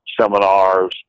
seminars